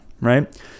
right